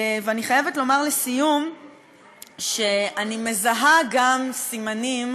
ואני חייבת לומר לסיום שאני מזהה גם סימנים